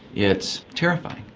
it's terrifying.